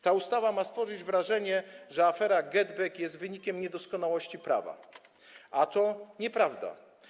Ta ustawa ma stworzyć wrażenie, że afera GetBack jest wynikiem niedoskonałości prawa, a to nieprawda.